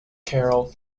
carol